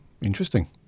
Interesting